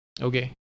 Okay